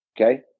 okay